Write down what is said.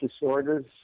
disorders